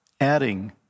adding